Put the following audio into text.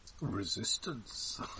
Resistance